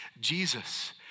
Jesus